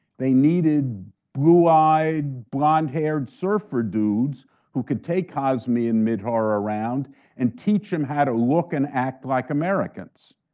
they needed blue-eyed, blonde-haired surfer dudes who could take hazmi and mihdhar around and teach them how to look and act like americans.